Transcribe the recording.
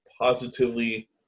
positively